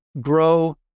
grow